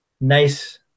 nice